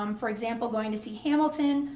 um for example, going to see hamilton.